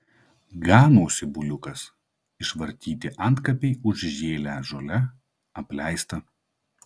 ganosi buliukas išvartyti antkapiai užžėlę žole apleista